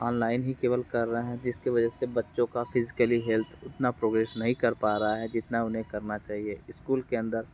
online ही केवल कर रहें जिसके वजह से बच्चों का फिज़िकली हेल्थ उतना प्रोग्रेस नहीं कर पा रहा है जितना उन्हें करना चाहिए स्कूल के अंदर